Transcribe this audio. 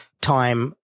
time